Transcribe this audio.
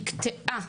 נקטעה,